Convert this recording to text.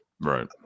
Right